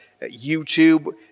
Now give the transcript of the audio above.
YouTube